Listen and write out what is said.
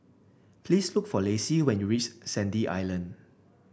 please look for Lacey when you reach Sandy Island